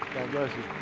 bless you.